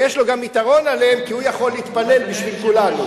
ויש לו גם יתרון עליהם כי הוא יכול להתפלל בשביל כולם.